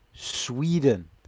Sweden